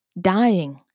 dying